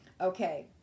Okay